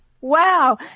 wow